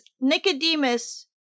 Nicodemus